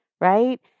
right